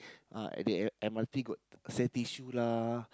uh at the M_R_T got sell tissue lah